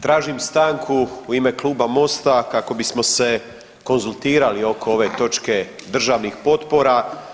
Tražim stanku u ime Kluba Mosta kako bismo se konzultirali oko ove točke državnih potpora.